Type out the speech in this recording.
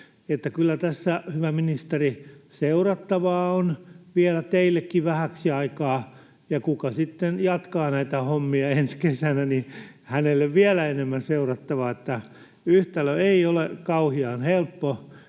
kyllä tässä, hyvä ministeri, seurattavaa on vielä teillekin vähäksi aikaa, ja kuka sitten jatkaa näitä hommia ensi kesänä, niin hänelle vielä enemmän seurattavaa — yhtälö ei ole kauhean helppo.